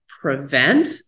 prevent